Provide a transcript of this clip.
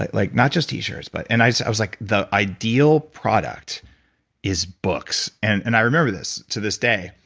like not just t-shirts. but and i i was like the ideal product is books. and and i remember this to this day.